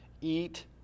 eat